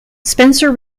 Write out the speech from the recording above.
spencer